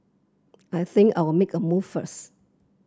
I think I'll make a move first